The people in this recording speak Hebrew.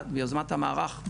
ביוזמת המערך,